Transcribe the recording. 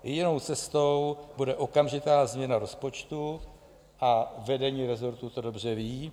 Jedinou cestou bude okamžitá změna rozpočtu a vedení resortu to dobře ví.